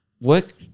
Work